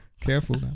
Careful